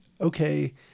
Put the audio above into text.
okay